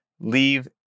leave